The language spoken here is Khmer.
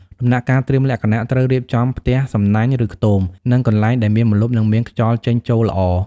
ដំណាក់កាលត្រៀមលក្ខណៈត្រូវរៀបចំផ្ទះសំណាញ់ ឬខ្ទម និងកន្លែងដែលមានម្លប់ និងមានខ្យល់ចេញចូលល្អ។